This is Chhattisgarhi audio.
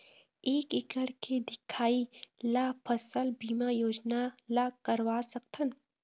एक एकड़ के दिखाही ला फसल बीमा योजना ला करवा सकथन?